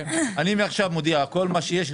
אני מודיע שמעכשיו כל מה שיש,